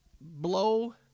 blow